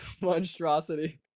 monstrosity